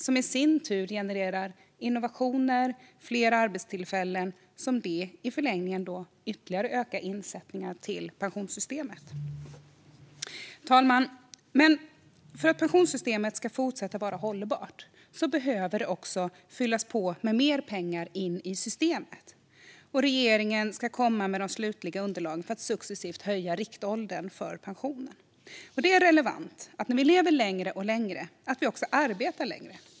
Det genererar i sin tur innovationer och fler arbetstillfällen, och de innebär i förlängningen ökade insättningar till pensionssystemet. Herr ålderspresident! För att pensionssystemet ska fortsätta att vara hållbart behöver mer pengar fyllas på in i systemet. Regeringen ska lägga fram de slutliga underlagen för att successivt höja riktåldern för uttag av pension. Det är relevant att vi när vi lever längre och längre också arbetar längre.